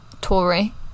Tory